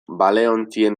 baleontzien